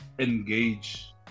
engage